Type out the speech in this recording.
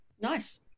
Nice